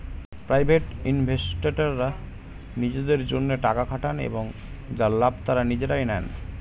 private ইনভেস্টররা নিজেদের জন্যে টাকা খাটান এবং যার লাভ তারা নিজেরাই নেন